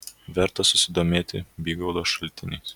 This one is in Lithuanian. verta susidomėti bygaudo šaltiniais